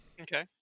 Okay